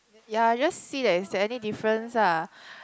ya just see that if there's any difference ah